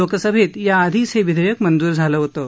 लोकसभेत या आधीच हे विधेयक मंजूर झालं होतं